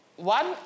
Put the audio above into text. One